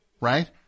right